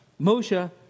Moshe